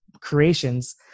creations